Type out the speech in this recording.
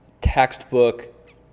textbook